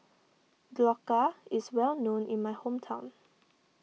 Dhokla is well known in my hometown